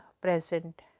present